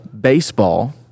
Baseball